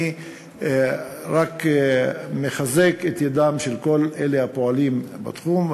אני רק מחזק את ידם של כל אלה הפועלים בתחום.